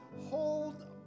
hold